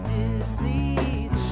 disease